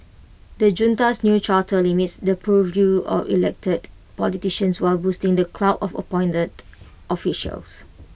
the junta's new charter limits the purview of elected politicians while boosting the clout of appointed officials